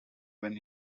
when